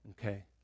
Okay